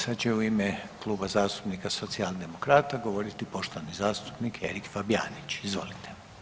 Sad će u ime Kluba zastupnika Socijaldemokrata govoriti poštovani zastupnik Erik Fabijanić, izvolite.